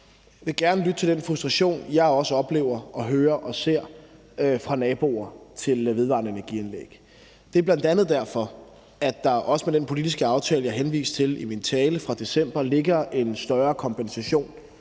jeg vil gerne lytte til den frustration, jeg også oplever og hører og ser fra naboer til vedvarende energi-anlæg. Det er bl.a. derfor, at der også med den politiske aftale fra december, som jeg henviste til i min tale, ligger en større kompensation